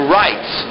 rights